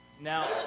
Now